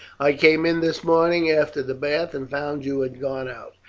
i came in this morning after the bath and found you had gone out.